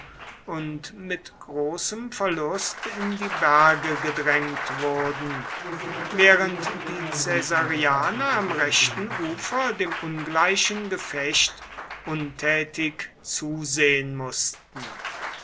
und mit großem verlust in die berge gedrängt wurden während die caesarianer am rechten ufer dem ungleichen gefecht untätig zusehen mußten